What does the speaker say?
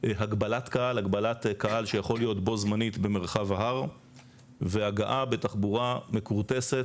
הגבלת קהל שיכול להיות בו זמנית במרחב ההר; והגעה בתחבורה מכורטסת,